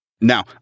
Now